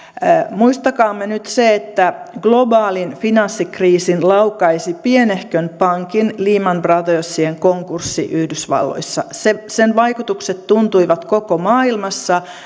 muistakaamme nyt se että globaalin finanssikriisin laukaisi pienehkön pankin lehman brothersin konkurssi yhdysvalloissa sen vaikutukset tuntuivat koko maailmassa